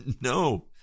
No